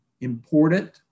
important